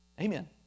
Amen